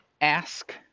ask